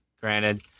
granted